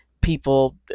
people